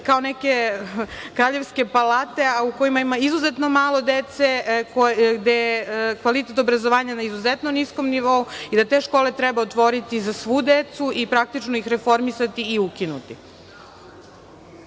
kao neke kraljevske palate, a u kojima ima izuzetno malo dece, gde je kvalitet obrazovanja na izuzetno niskom nivou i da te škole treba otvoriti za svu decu i praktično ih reformisati i ukinuti.